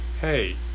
hey